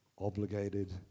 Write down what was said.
obligated